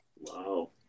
Wow